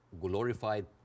glorified